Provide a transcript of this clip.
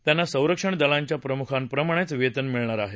त्यांना संरक्षण दलांच्या प्रम्खांप्रमाणेच वेतन मिळणार आहे